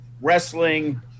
wrestling